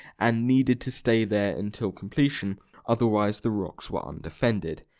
and needed to stay there until completion otherwise the rocks were undefended.